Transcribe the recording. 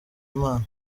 imana